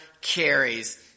carries